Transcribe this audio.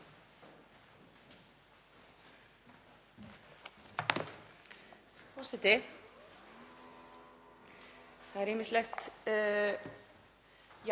Það er ýmislegt